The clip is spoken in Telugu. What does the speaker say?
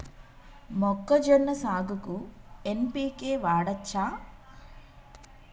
మొక్కజొన్న సాగుకు ఎన్.పి.కే వాడచ్చా?